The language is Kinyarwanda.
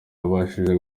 yabashije